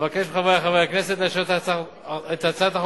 אבקש מחברי חברי הכנסת לאשר את הצעת החוק